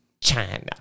China